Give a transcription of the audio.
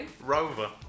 Rover